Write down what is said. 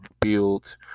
build